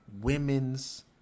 women's